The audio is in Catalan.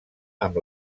amb